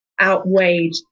outweighed